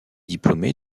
diplômée